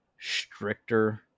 stricter